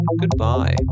Goodbye